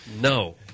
No